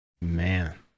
Man